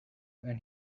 and